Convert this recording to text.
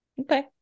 okay